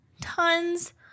tons